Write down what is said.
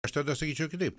aš tada sakyčiau kitaip